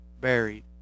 buried